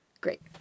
Great